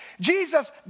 Jesus